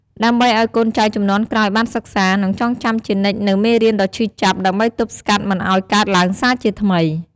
ដើម្បីឲ្យកូនចៅជំនាន់ក្រោយបានសិក្សា និងចងចាំជានិច្ចនូវមេរៀនដ៏ឈឺចាប់ ដើម្បីទប់ស្កាត់មិនឲ្យកើតឡើងសារជាថ្មី។